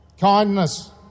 kindness